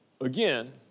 again